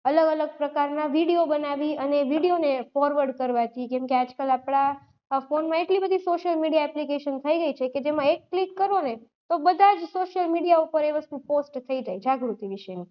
અલગ અલગ પ્રકારના વિડીયો બનાવી અને વિડીયોને ફોરવર્ડ કરવાથી જેમકે આજકાલ આપણા આ ફોનમાં એટલી બધી સોસિયલ મીડિયા એપ્લિકેશન થઈ ગઈ છે કે જેમાં એક ક્લિક કરો ને તો બધા જ સોસિયલ મીડિયા ઉપર એ વસ્તુ પોસ્ટ થઈ જાય જાગૃતિ વિશેની